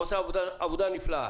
והוא עשה עבודה נפלאה.